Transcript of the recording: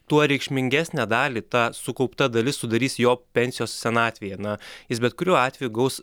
tuo reikšmingesnę dalį ta sukaupta dalis sudarys jo pensijos senatvėje na jis bet kuriuo atveju gaus